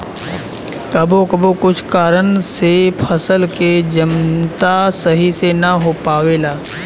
कबो कबो कुछ कारन से फसल के जमता सही से ना हो पावेला